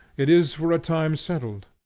it is for a time settled,